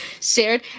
Shared